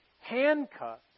handcuffed